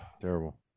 Terrible